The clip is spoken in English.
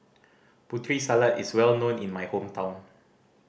Putri Salad is well known in my hometown